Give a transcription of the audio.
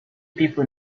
people